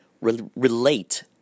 relate